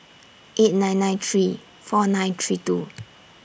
eight nine nine three four nine three two